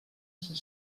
sant